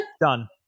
Done